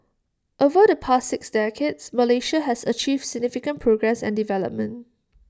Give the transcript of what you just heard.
over the past six decades Malaysia has achieved significant progress and development